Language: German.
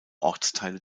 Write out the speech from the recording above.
ortsteile